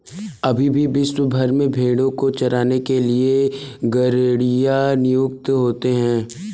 अभी भी विश्व भर में भेंड़ों को चराने के लिए गरेड़िए नियुक्त होते हैं